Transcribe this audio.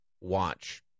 watch